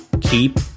keep